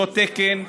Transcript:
אותו תקן.